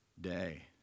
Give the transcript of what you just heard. day